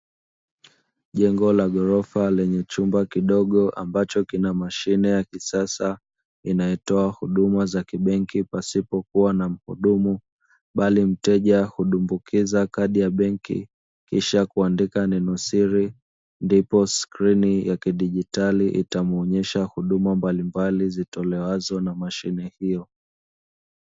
Jengo la ghorofa lenye chumba kidogo ambacho kina mashine ya kisasa inayotoa huduma za kibenki pasipo kuwa na mhudumu, bali mteja hudumbukiza kadi ya benki, kisha kuandika neno siri, ndipo skrini ya kidigitali itamuonyesha huduma mbalimbali zitolewazo na mashine hiyo.